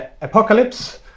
apocalypse